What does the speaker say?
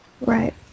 Right